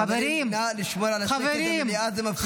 חברים --- נא לשמור על השקט במליאה, זה מפריע.